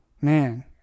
man